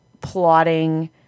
plotting